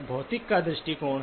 भौतिकी का दृष्टिकोण है